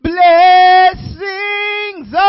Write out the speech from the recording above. Blessings